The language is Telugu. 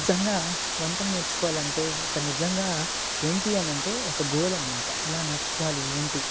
నిజంగా వంటలు నేర్చుకోవాలంటే ఒక నిజంగా ఏంటి అని అంటే ఒక గోల్ అన్నమాట ఎలా నేర్చుకోవాలి ఏంటి